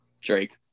Drake